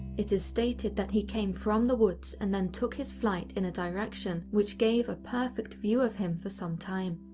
it is stated that he came from the woods and then took his flight in a direction which gave a perfect view of him for some time.